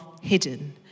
hidden